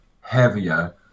heavier